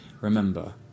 remember